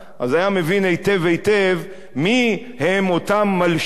אז הוא היה מבין היטב היטב מי הם אותם מלשנים